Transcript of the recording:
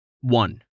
One